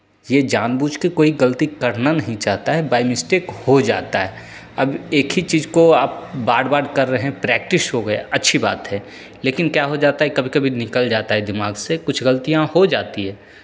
ये जान बूझ के कोई गलती करना नहीं चाहता है बाय मिस्टेक हो जाता है अब एक ही चीज़ को बार बार कर रहे हैं प्रैक्टिस हो गया अच्छी बात है लेकिन क्या होता है कभी कभी निकल जाता है दिमाग से कुछ गलतियाँ हो जाती है